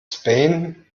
spain